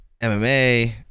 mma